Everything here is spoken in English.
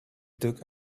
took